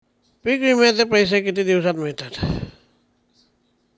पीक विम्याचे पैसे किती दिवसात मिळतात?